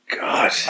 God